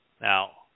Now